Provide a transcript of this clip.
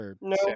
No